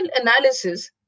analysis